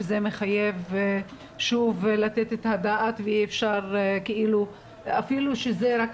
וזה מחייב שוב לתת את הדעת ואי אפשר אפילו שזה 10